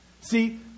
See